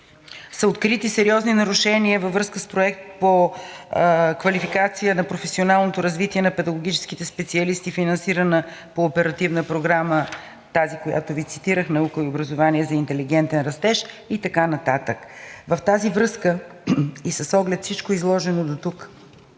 са открити сериозни нарушения във връзка с Проект по квалификация на професионалното развитие на педагогическите специалисти, финансиран по Оперативна програма „Наука и образование за интелигентен растеж“. В тази връзка и с оглед всичко изложено дотук